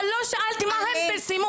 אבל לא שאלת אותי מה שם פרסמו.